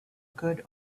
good